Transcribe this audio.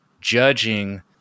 judging